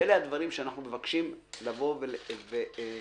ואלה הדברים שאנחנו מבקשים להקשיב ולשמוע.